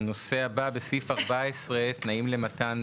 הנושא הבא הוא סעיף 14: תנאים למתן